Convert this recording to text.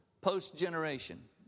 post-generation